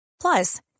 Plus